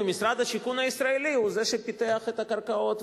ומשרד השיכון הישראלי הוא זה שפיתח את הקרקעות,